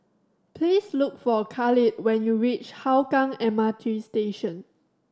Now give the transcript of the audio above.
please look for Khalid when you reach Hougang M R T Station